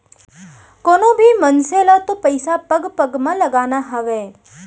कोनों भी मनसे ल तो पइसा पग पग म लगाना हावय